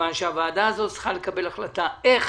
מכיוון שהוועדה הזאת צריכה לקבל החלטה איך